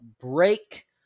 break